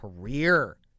career